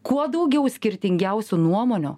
kuo daugiau skirtingiausių nuomonių